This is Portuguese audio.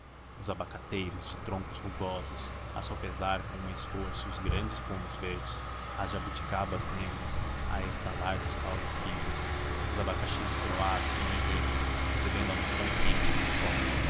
os abacateiros de troncos rugosos a sopesar com esforço os grandes pomos verdes as jabuticabas negras a estalar dos caules rijos os abacaxis coroados que nem reis recebendo a unção quente do sol